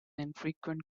infrequent